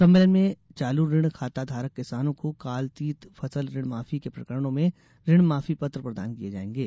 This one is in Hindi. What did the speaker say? सम्मेलन में चालू ऋण खाता धारक किसानों को कालातीत फसल ऋण माफी के प्रकरणों में ऋण माफी पत्र प्रदान किये जाएंगे